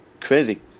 crazy